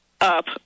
up